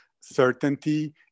certainty